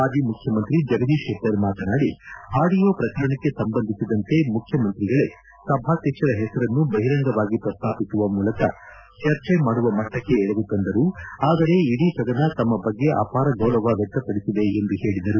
ಮಾಜಿ ಮುಖ್ಯಮಂತ್ರಿ ಜಗದೀಶ್ ಶೆಟ್ಟರ್ ಮಾತನಾಡಿ ಆಡಿಯೋ ಶ್ರಕರಣಕ್ಕೆ ಸಂಬಂಧಿಸಿದಂತೆ ಮುಖ್ಯಮಂತ್ರಿಗಳೇ ಸಭಾಧ್ಯಕ್ಷರ ಹೆಸರನ್ನು ಬಹಿರಂಗವಾಗಿ ಪ್ರಸ್ತಾಪಿಸುವ ಮೂಲಕ ಚರ್ಚೆ ಮಾಡುವ ಮಟ್ಟಕ್ಕೆ ಎಳೆದು ತಂದರು ಆದರೆ ಇಡೀ ಸದನ ತಮ್ಮ ಬಗ್ಗೆ ಅಪಾರ ಗೌರವ ವ್ಯಕ್ತಪಡಿಸಿದೆ ಎಂದು ಹೇಳಿದರು